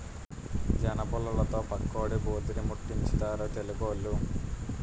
జనపుల్లలతో పండక్కి భోధీరిముట్టించుతారు తెలుగోళ్లు